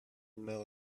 know